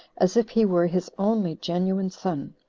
as if he were his only genuine son,